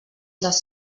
les